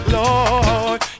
lord